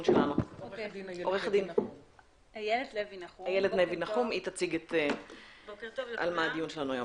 עו"ד איילת לוי נחום, תציגי על מה הדיון שלנו.